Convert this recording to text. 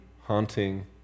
haunting